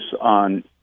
on